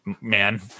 man